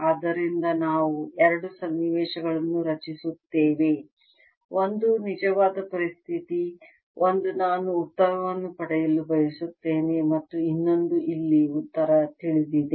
ಆದ್ದರಿಂದ ನಾವು ಎರಡು ಸನ್ನಿವೇಶಗಳನ್ನು ರಚಿಸುತ್ತೇವೆ ಒಂದು ನಿಜವಾದ ಪರಿಸ್ಥಿತಿ ಒಂದು ನಾನು ಉತ್ತರವನ್ನು ಪಡೆಯಲು ಬಯಸುತ್ತೇನೆ ಮತ್ತು ಇನ್ನೊಂದು ಅಲ್ಲಿ ನನಗೆ ಉತ್ತರ ತಿಳಿದಿದೆ